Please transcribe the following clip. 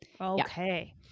Okay